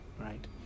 Right